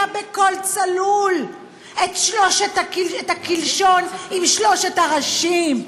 בקול צלול את הקלשון עם שלוש השיניים,